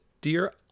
dear